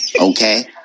Okay